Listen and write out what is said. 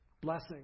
blessing